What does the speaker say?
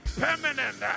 permanent